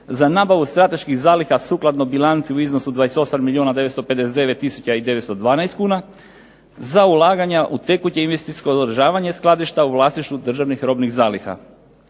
za nabavu strateških zaliha sukladno bilanci u iznosu 28 milijuna 959 tisuća i 912 kuna, za ulaganja u tekuće investicijsko održavanje skladišta u vlasništvu državnih robnih zaliha.